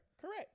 Correct